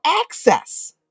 Access